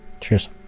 cheers